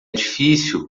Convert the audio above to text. difícil